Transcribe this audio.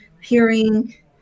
hearing